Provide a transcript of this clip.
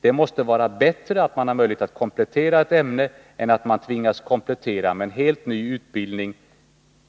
Det måste vara bättre att man har möjlighet att komplettera ett ämne än att man tvingas komplettera med en helt ny utbildning,